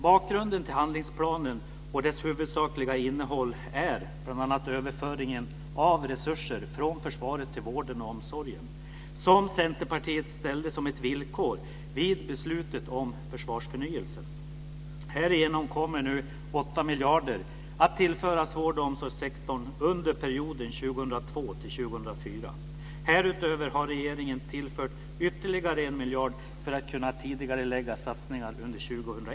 Bakgrunden till handlingsplanen och dess huvudsakliga innehåll är bl.a. överföringen av resurser från försvaret till vården och omsorgen, något som Centerpartiet ställde som ett villkor vid beslutet om försvarsförnyelse. Härigenom kommer nu åtta miljarder kronor att tillföras vård och omsorgssektorn under perioden 2002-2004. Utöver det har regeringen tillfört ytterligare en miljard för att kunna tidigarelägga satsningar under 2001.